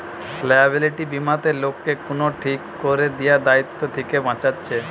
liability বীমাতে লোককে কুনো ঠিক কোরে দিয়া দায়িত্ব থিকে বাঁচাচ্ছে